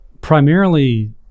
Primarily